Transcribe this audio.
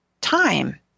time